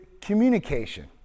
communication